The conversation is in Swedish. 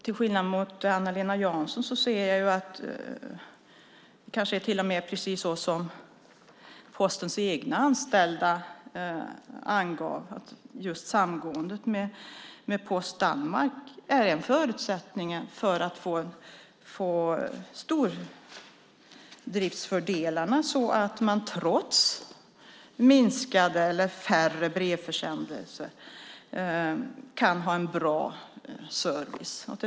Till skillnad från Anna-Lena Jansson ser jag att det kanske är precis så som Postens egna anställda angav, nämligen att samgåendet med Post Danmark är en förutsättning för att få stordriftsfördelarna så att man trots färre brevförsändelser kan ha en bra service.